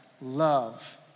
love